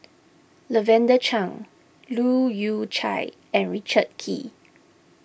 Lavender Chang Leu Yew Chye and Richard Kee